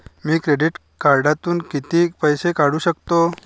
मी credit कार्डातून किती पैसे काढू शकतो?